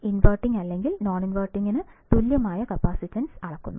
inverting അല്ലെങ്കിൽ നോൺഇൻവെർട്ടിംഗിൽ തുല്യമായ കപ്പാസിറ്റൻസ് അളക്കുന്നു